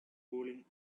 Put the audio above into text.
cooling